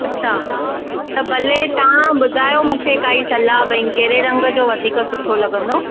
अच्छा त भले तव्हां ॿुधायो मूंखे काई सलाह भाई कहिड़े रंग जो वधीक सुठो लॻंदो